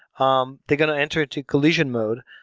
um they're going to enter to collision mode.